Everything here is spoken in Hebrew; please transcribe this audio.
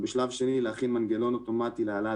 ובשלב שני להכין מנגנון אוטומטי להעלאת